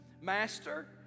Master